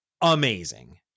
amazing